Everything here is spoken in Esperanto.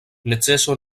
neceso